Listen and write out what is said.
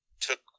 took